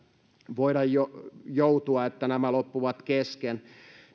voida joutua että nämä loppuvat kesken